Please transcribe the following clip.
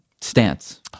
stance